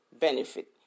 benefit